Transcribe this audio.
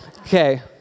Okay